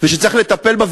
ושצריך לטפל בה,